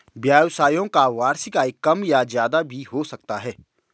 व्यवसायियों का वार्षिक आय कम या ज्यादा भी हो सकता है